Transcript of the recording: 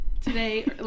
today